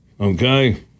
okay